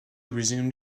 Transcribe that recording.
resumed